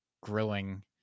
grilling